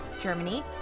Germany